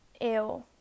ew